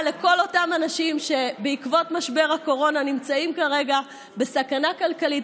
לכל אותם אנשים שבעקבות משבר הקורונה נמצאים כרגע בסכנה כלכלית.